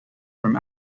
from